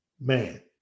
man